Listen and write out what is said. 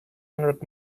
hundred